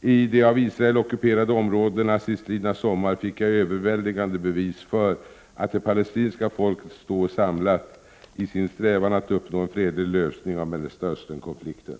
i de av Israel ockuperade områdena sistlidna sommar fick jag överväldigande bevis för att det palestinska folket står samlat i sin strävan att uppnå en fredlig lösning av Mellersta Östernkonflikten.